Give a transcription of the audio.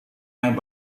yang